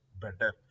better